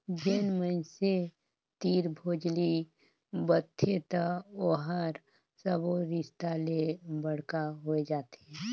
जेन मइनसे तीर भोजली बदथे त ओहर सब्बो रिस्ता ले बड़का होए जाथे